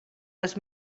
les